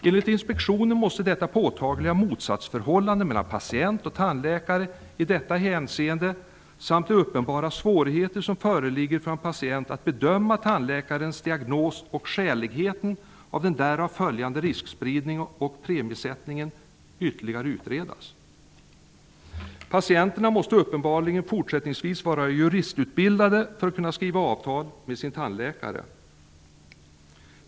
Enligt inspektionen måste detta påtagliga motsatsförhållande mellan patient och tandläkare i detta hänseende samt de uppenbara svårigheter som föreligger för en patient att bedöma tandläkarens diagnos och skäligheten av den därav följande riskspridningen och premiesättningen ytterligare utredas. Patienterna måste uppenbarligen fortsättningsvis vara juristutbildade för att kunna skriva avtal med sin tandläkare.